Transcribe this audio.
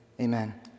amen